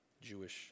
Jewish